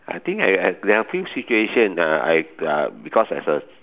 I think I I there are a few situations uh I uh because as a